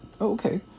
Okay